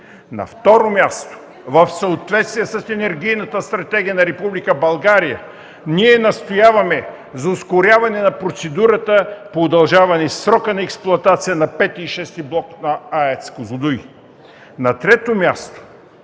На второ място, в съответствие с Енергийната стратегия на Република България, ние настояваме за ускоряване на процедурата по удължаване срока на експлоатация на V и VІ блок на АЕЦ „Козлодуй”. На трето място,